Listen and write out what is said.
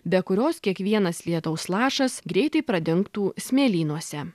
be kurios kiekvienas lietaus lašas greitai pradingtų smėlynuose